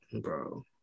Bro